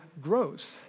grows